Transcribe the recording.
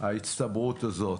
ההצטברות הזאת.